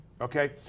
Okay